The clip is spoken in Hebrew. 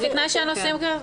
ובתנאי שהנוסעים ---".